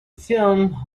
film